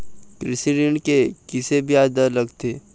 कृषि ऋण के किसे ब्याज दर लगथे?